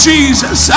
Jesus